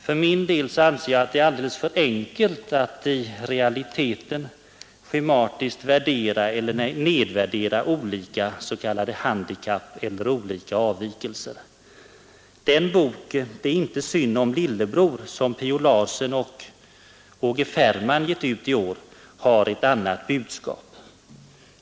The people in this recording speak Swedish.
För min del anser jag att det är alldeles för enkelt att schematiskt er. Den bok ”Det är inte synd om Lillebror”, som Pio Larsen och Åge Fermann givit ut i år, har ett annat budskap.